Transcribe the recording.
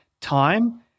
time